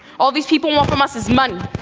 all these people know from us is money.